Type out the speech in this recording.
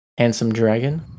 HandsomeDragon